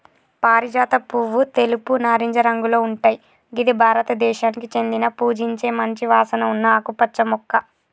పారిజాత పువ్వు తెలుపు, నారింజ రంగులో ఉంటయ్ గిది భారతదేశానికి చెందిన పూజించే మంచి వాసన ఉన్న ఆకుపచ్చ మొక్క